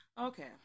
Okay